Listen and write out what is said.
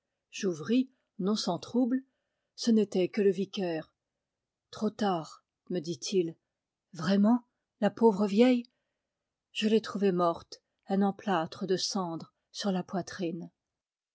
j'ouvris non sans trouble ce n'était que le vicaire trop tard me dit-il vraiment la pauvre vieille je l'ai trouvée morte un emplâtre dé cendre sur la poitrine